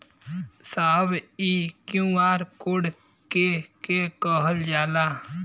साहब इ QR code के के कहल जाला?